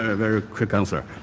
ah very quick answer